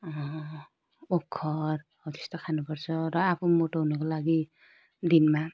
ओखर हौ त्यस्तो खानुपर्छ र आफू मोटाउनुको लागि दिनमा